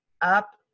up